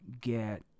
get